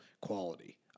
quality